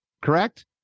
correct